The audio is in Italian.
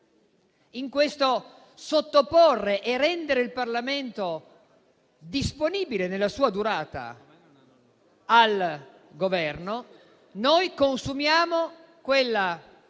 In questo sottoporre e rendere il Parlamento disponibile nella sua durata al Governo, noi consumiamo una